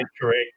correct